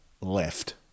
left